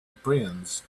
brains